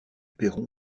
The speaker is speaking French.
perron